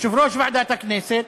יושב-ראש ועדת הכנסת,